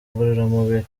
ngororamubiri